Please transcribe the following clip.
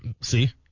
See